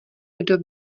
kdo